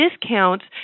discounts